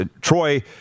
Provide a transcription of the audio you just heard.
Troy